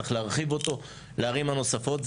צריך להרחיב אותו לערים הנוספות.